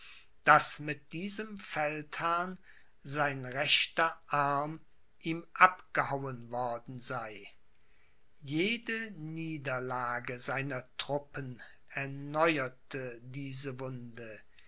daß mit diesem feldherrn sein rechter arm ihm abgehauen worden sei jede niederlage seiner truppen erneuerte diese wunde